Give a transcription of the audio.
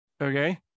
Okay